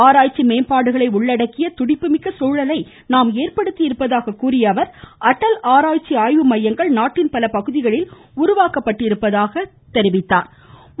ஆராய்ச்சி மேம்பாடுகளை உள்ளடக்கிய துடிப்பு மிக்க சூழலை நாம் ஏற்படுத்தி இருப்பதாக கூறிய அவர் அட்டல் ஆராய்ச்சி ஆய்வு மையங்கள் நாட்டின் பல பகுதிகளில் உருவாக்கப்பட்டிருப்பதாக தெரிவித்தார்